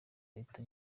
leta